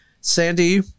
Sandy